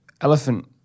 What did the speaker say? elephant